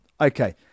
Okay